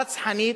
הרצחנית,